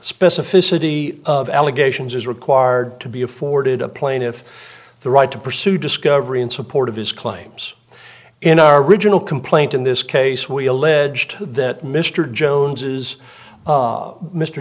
specificity of allegations is required to be afforded a plaintiff the right to pursue discovery in support of his claims in our original complaint in this case we alleged that mr jones